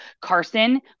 Carson